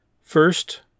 First